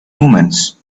omens